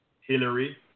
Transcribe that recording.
Hillary